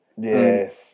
Yes